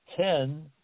ten